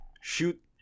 shoot